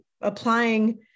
applying